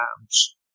times